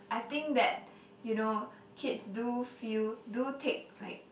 I think that you know kids do feel do take like